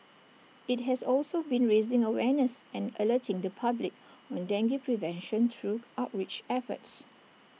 IT has also been raising awareness and alerting the public on dengue prevention through outreach efforts